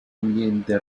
ambiente